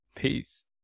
Peace